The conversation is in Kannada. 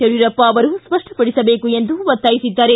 ಯಡಿಯೂರಪ್ಪ ಅವರು ಸ್ಪಷ್ಟಪಡಿಸಿದೇಕು ಎಂದು ಒತ್ತಾಯಿಸಿದ್ದಾರೆ